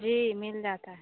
जी मिल जाता है